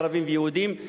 ערבים ויהודים,